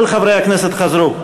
כל חברי הכנסת חזרו,